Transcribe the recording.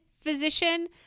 physician